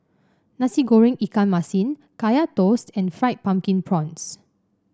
Nasi Goreng Ikan Masin Kaya Toast and Fried Pumpkin Prawns